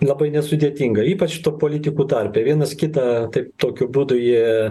labai nesudėtinga ypač tų politikų tarpe vienas kitą tik tokiu būdu jie